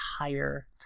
entire